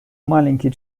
маленький